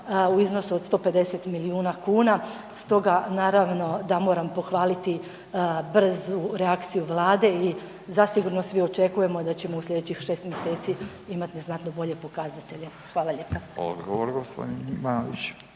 u iznosu od 150 milijuna kuna. Stoga naravno da moram pohvaliti brzu reakciju Vlade i zasigurno svi očekujemo da ćemo u sljedećih 6 mjeseci imati znatno bolje pokazatelje. Hvala lijepa.